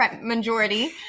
majority